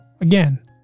again